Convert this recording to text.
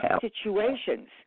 situations